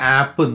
app